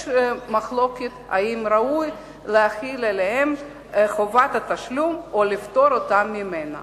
יש מחלוקת אם ראוי להחיל עליהם חובת תשלום או לפטור אותם ממנה.